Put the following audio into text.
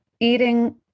eating